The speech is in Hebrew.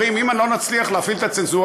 אומרים: אם לא נצליח להפעיל את הצנזורה,